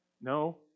No